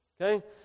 Okay